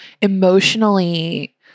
emotionally